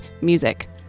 music